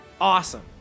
awesome